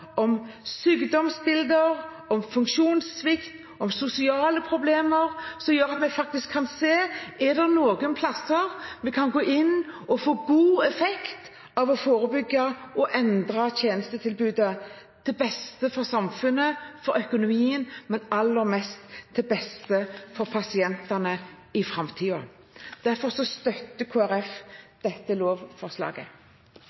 årsaker, sykdomsbilder, funksjonssvikt og sosiale problemer, slik at vi faktisk kan se om det er steder vi kan gå inn og få god effekt av å forebygge og av å endre tjenestetilbudet til det beste for samfunnet og økonomien, men aller mest til det beste for pasientene i framtiden. Derfor støtter